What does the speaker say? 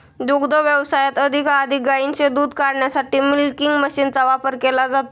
दुग्ध व्यवसायात अधिकाधिक गायींचे दूध काढण्यासाठी मिल्किंग मशीनचा वापर केला जातो